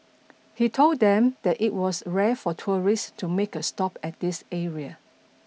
he told them that it was rare for tourists to make a stop at this area